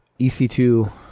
EC2